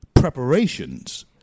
preparations